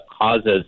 causes